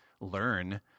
learn